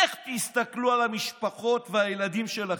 איך תסתכלו על המשפחות" והילדים שלכם,